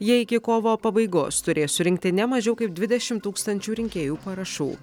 jie iki kovo pabaigos turės surinkti ne mažiau kaip dvidešimt tūkstančių rinkėjų parašų